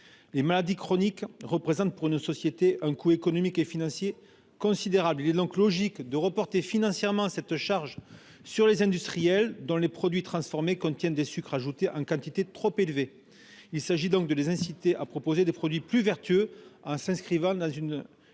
Les maladies chroniques représentent pour nos sociétés un coût économique et financier considérable. Il est logique de reporter financièrement cette charge sur les industriels dont les produits transformés contiennent des sucres ajoutés en quantité trop élevée. Il s’agit aussi de les inciter à proposer des produits plus vertueux et s’inscrivant dans le